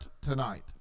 tonight